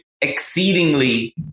exceedingly